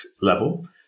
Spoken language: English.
level